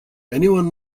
anyone